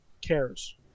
cares